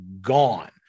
gone